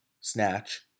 Snatch